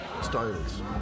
styles